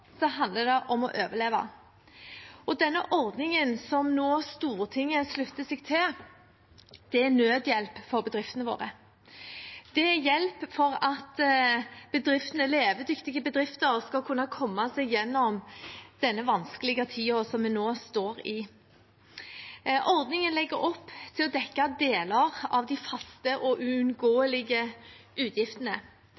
det om å overleve. Den ordningen Stortinget nå slutter seg til, er nødhjelp for bedriftene våre. Det er hjelp for at levedyktige bedrifter skal kunne komme seg gjennom denne vanskelige tiden vi nå står i. Ordningen legger opp til å dekke deler av de faste og